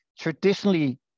traditionally